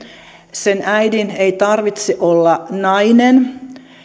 äidin ei tarvitse olla nainen